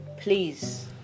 please